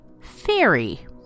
fairy